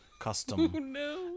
custom